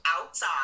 outside